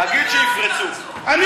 נגיד שיפרצו, אומרים שהם בטוח ייפרצו.